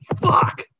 fuck